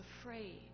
afraid